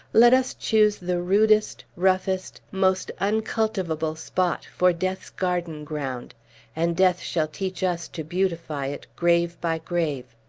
let us choose the rudest, roughest, most uncultivable spot, for death's garden ground and death shall teach us to beautify it, grave by grave.